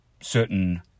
certain